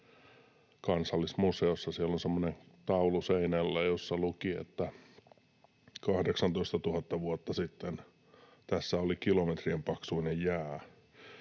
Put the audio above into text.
Kansallismuseossa on semmoinen taulu seinällä, jossa lukee, että ”18 000 vuotta sitten tässä oli kilometrien paksuinen jää”.